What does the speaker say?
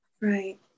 Right